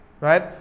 right